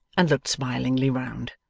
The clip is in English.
and looked smilingly round.